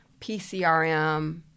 PCRM